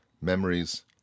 memories